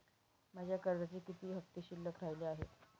माझ्या कर्जाचे किती हफ्ते शिल्लक राहिले आहेत?